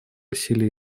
силе